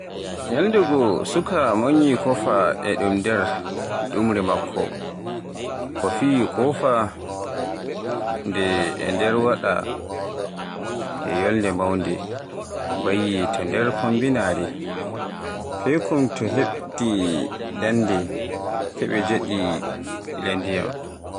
Ñalɗe goo, suuka moƴƴi kofa e ɗum nder ɗuumre makko, ko fii kofa nde e nder waɗaa. Kofa mawnde, bayyi to nder fombinaare paykun, tee yaɓɓi daande keɓe jeɗɗi ka ndiyam.